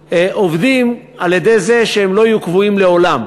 עובדים על-ידי זה שהם לא יהיו קבועים לעולם,